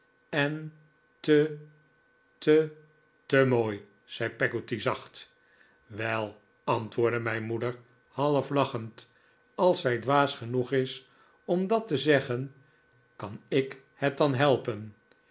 en te te te mooi zei peggotty zacht wel antwoordde mijn moeder half lachend als zij dwaas genoeg is om dat te zeggen kan ik het dan helpen